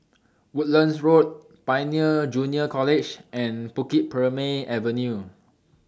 Woodlands Road Pioneer Junior College and Bukit Purmei Avenue